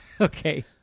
Okay